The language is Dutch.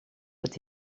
het